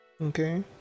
Okay